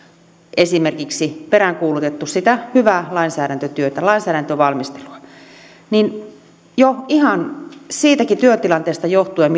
peräänkuulutettu esimerkiksi hyvää lainsäädäntötyötä lainsäädäntövalmistelua jo ihan siitä työtilanteestakin johtuen